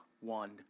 One